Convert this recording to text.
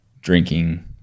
drinking